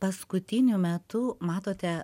paskutiniu metu matote